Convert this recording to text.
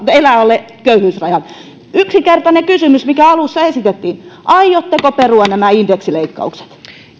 elää alle köyhyysrajan yksinkertainen kysymys mikä alussa esitettiin aiotteko perua nämä indeksileikkaukset